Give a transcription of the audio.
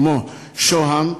כמו שוהם,